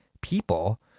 people